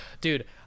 Dude